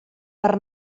per